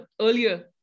earlier